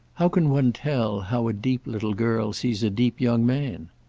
how can one tell how a deep little girl sees a deep young man?